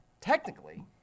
Technically